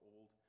Old